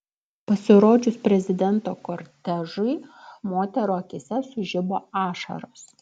pasirodžius prezidento kortežui moterų akyse sužibo ašaros